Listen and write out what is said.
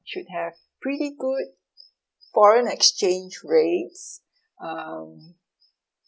should have pretty good foreign exchange rates um